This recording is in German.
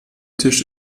tisch